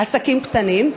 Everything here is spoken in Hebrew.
עסקים קטנים,